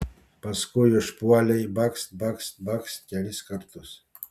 paskui užpuolei bakst bakst bakst kelis kartus